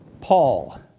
Paul